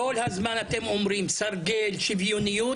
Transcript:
כל הזמן אתם אומרים סרגל שוויוניות,